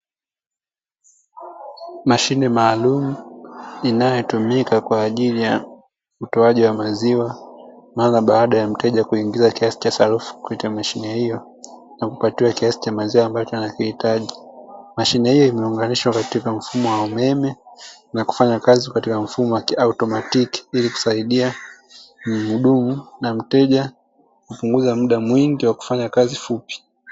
Mashine maalumu inayotumika kwa ajili ya utoaji wa maziwa mara baada ya mteja kuingiza kiasi cha sarafu kupitia mashine hiyo na kupatiwa kiasi cha maziwa ambacho anakihitaji. Mashine hii imeunganishwa katika mfumo wa umeme na kufanya kazi katika mfumo wa kiautomatiki ili kusaidia muhudumu na mteja kupunguza muda mwingi wa kufanya kazi fupi.